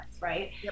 right